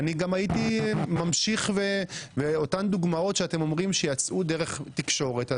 הייתי גם ממשיך עם אותן דוגמאות שאתם אומרים שיצאו דרך התקשורת.